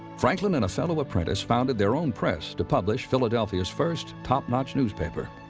franklin and a fellow apprentice founded their own press to publish philadelphia's first top notch newspaper,